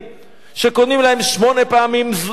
שקונים להם שמונה פעמים נעליים,